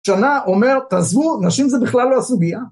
שנה אומר תעזבו, נשים זה בכלל לא הסוגייה.